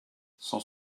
cent